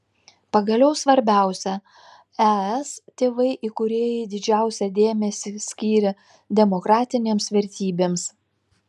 pagaliau svarbiausia es tėvai įkūrėjai didžiausią dėmesį skyrė demokratinėms vertybėms